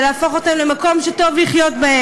להפוך אותן למקום שטוב לחיות בו: